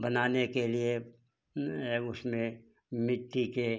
बनाने के लिए उसमें मिट्टी के